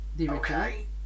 okay